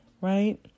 right